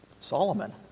Solomon